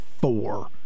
four